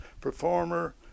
performer